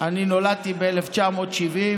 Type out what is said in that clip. אני נולדתי ב-1970,